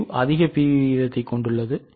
Q அதிக PV விகிதத்தைக் கொண்டுள்ளது